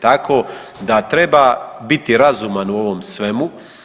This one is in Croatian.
Tako da treba biti razuman u ovom svemu.